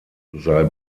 sei